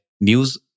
news